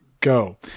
go